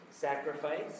Sacrifice